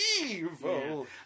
evil